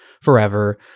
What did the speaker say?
forever